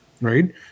right